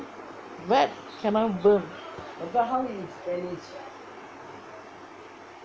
wet cannot burn